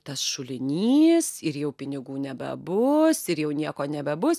tas šulinys ir jau pinigų nebebus ir jau nieko nebebus